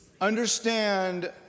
understand